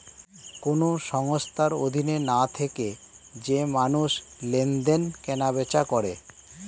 কোন সংস্থার অধীনে না থেকে যে মানুষ লেনদেন, কেনা বেচা করে